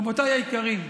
רבותיי היקרים,